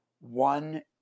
one